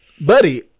buddy